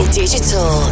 digital